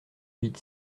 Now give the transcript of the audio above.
huit